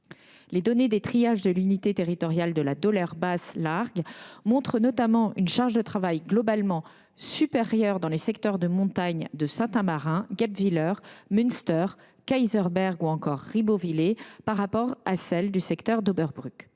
Les données des triages de l’unité territoriale de la Doller Basse Largue, montrent notamment une charge de travail globalement supérieure dans les secteurs de montagne de Saint Amarin, Guebwiller, Munster, Kaysersberg ou encore Ribeauvillé par rapport à celle du secteur d’Oberbruck.